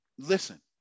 Listen